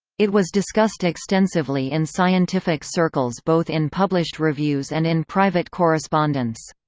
it was discussed extensively in scientific circles both in published reviews and in private correspondence.